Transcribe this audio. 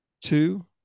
two